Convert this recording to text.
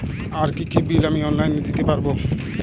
আর কি কি বিল আমি অনলাইনে দিতে পারবো?